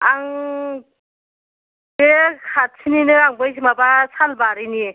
आं बे खाथिनिनो आं बै माबा सालबारिनि